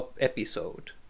episode